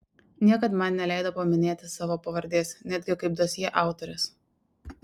niekad man neleido paminėti savo pavardės netgi kaip dosjė autorės